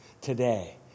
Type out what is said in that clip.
today